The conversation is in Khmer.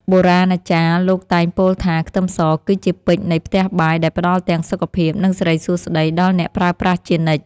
បុរាណាចារ្យលោកតែងពោលថាខ្ទឹមសគឺជាពេជ្រនៃផ្ទះបាយដែលផ្តល់ទាំងសុខភាពនិងសិរីសួស្តីដល់អ្នកប្រើប្រាស់ជានិច្ច។